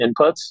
inputs